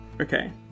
Okay